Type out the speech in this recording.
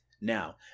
now